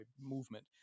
movement